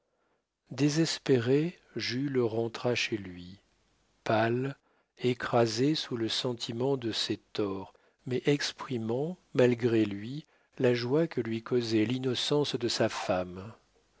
désespéré jules rentra chez lui pâle écrasé sous le sentiment de ses torts mais exprimant malgré lui la joie que lui causait l'innocence de sa femme